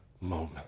moment